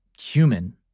human